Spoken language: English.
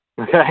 Okay